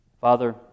Father